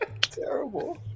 Terrible